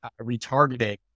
retargeting